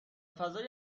فضای